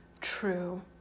True